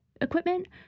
equipment